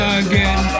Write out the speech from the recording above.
again